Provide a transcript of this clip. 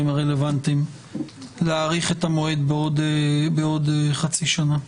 הרלוונטיים להאריך את המועד בעוד חצי שנה.